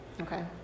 okay